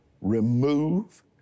remove